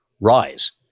rise